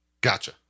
Gotcha